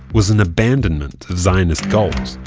was an abandonment of zionist goals.